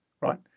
right